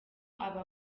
aba